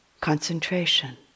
concentration